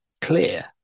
clear